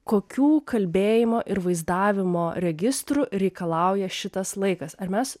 kokių kalbėjimo ir vaizdavimo registrų reikalauja šitas laikas ar mes